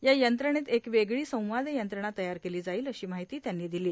या यंत्रणेत एक वेगळी संवाद यंत्रणा तयार केली जाईल अशी माहिती त्यांनी दिली